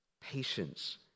patience